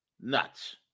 Nuts